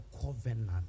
covenant